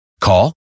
call